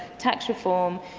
tax reform,